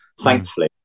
Thankfully